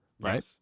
Right